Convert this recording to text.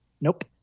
Nope